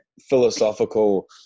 philosophical